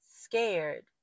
scared